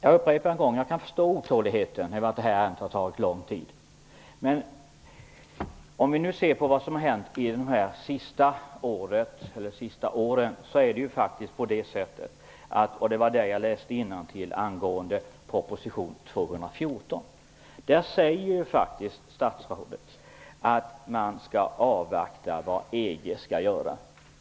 Herr talman! Jag kan förstå otåligheten över att detta har tagit lång tid. Men vi bör se till vad som har hänt under de senaste åren. Jag läste innantill ur proposition 1992/93:214. Där säger faktiskt statsrådet att man skall avvakta vad EG skall göra.